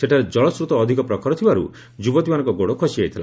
ସେଠାରେ ଜଳସ୍ରୋତ ଅଧିକ ପ୍ରଖର ଥିବାରୁ ଯୁବତୀମାନଙ୍କ ଗୋଡ଼ ଖସିଯାଇଥିଲା